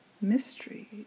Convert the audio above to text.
mystery